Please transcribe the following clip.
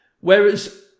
Whereas